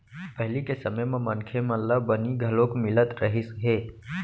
पहिली के समे म मनखे मन ल बनी घलोक मिलत रहिस हे